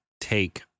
take